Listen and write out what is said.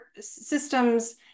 systems